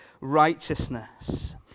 righteousness